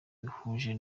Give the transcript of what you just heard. muhuje